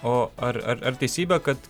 o ar ar ar teisybė kad